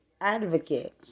advocate